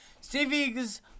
Stevie's